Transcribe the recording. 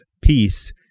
peace